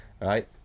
right